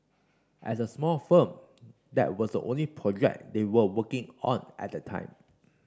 as a small firm that was the only project they were working on at the time